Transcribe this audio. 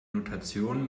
notation